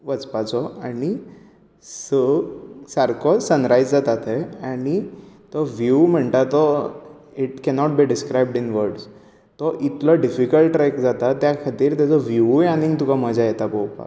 वचपाचो आनी स सारको सनरायझ जाता थंय आनी तो व्हीव म्हणटा तो it cannot be described in words तो इतलो डिफीकल्ट ट्रॅक जाता त्या खातीर तेचो व्हिवूय आनीत तुका मजा येता पळोवपाक